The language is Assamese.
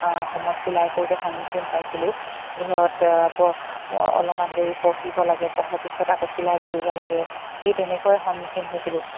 মই চিলাই কৰোঁতে সন্মুখীন পাইছিলোঁ ঘৰত প অলপমান দেৰি পঢ়িব লাগে পঢ়াৰ পিছত আকৌ চিলাই কৰিব লাগে সেই তেনেকৈয়ে সন্মুখীন হৈছিলোঁ